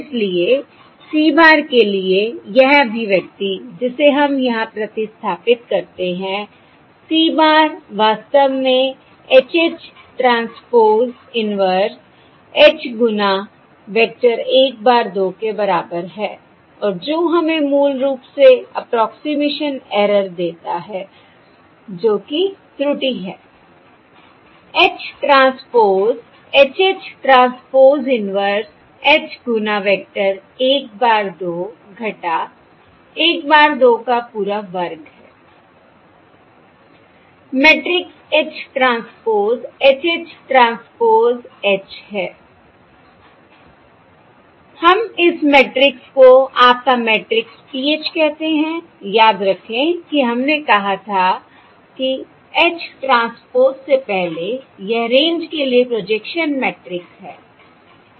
इसलिए c bar के लिए यह अभिव्यक्ति जिसे हम यहाँ प्रतिस्थापित करते हैं c bar वास्तव में H H transpose inverse H गुना वेक्टर 1 bar 2 के बराबर है और जो हमें मूल रूप से अप्रोक्सिमेशन ऐरर देता है जो कि त्रुटि है H transpose H H transpose inverse H गुना वेक्टर 1 bar 2 1 bar 2 का पूरा वर्ग है matrix H transpose H H transpose H है I हम इस मैट्रिक्स को आपका मैट्रिक्स PH कहते हैं याद रखें कि हमने कहा था कि H ट्रांसपोज़ से पहले यह रेंज के लिए प्रोजेक्शन मैट्रिक्स है